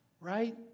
Right